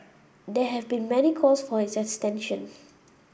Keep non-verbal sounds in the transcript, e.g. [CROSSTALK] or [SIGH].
there have been many calls for its extension [NOISE]